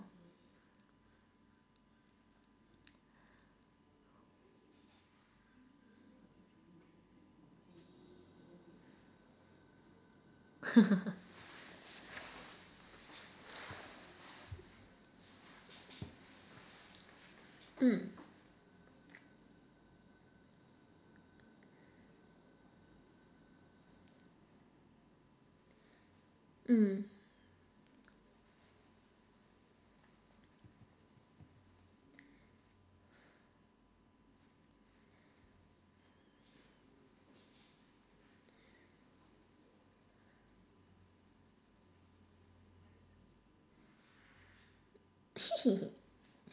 mm mm